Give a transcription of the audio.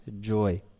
joy